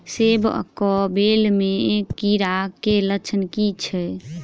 सेम कऽ बेल म कीड़ा केँ लक्षण की छै?